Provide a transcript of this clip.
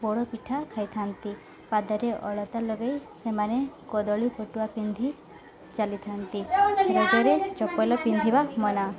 ପୋଡ଼ ପିଠା ଖାଇଥାନ୍ତି ପାଦରେ ଅଳତା ଲଗେଇ ସେମାନେ କଦଳୀ ପଟୁଆ ପିନ୍ଧି ଚାଲିଥାନ୍ତି ରଜରେ ଚପଲ ପିନ୍ଧିବା ମନା